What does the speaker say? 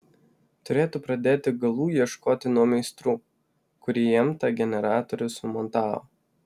turėtų pradėti galų ieškoti nuo meistrų kurie jam tą generatorių sumontavo